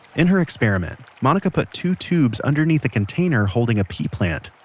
in her experiment monica put two tubes underneath a container holding a pea plant.